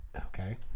okay